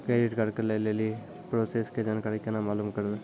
Credit card लय लेली process के जानकारी केना मालूम करबै?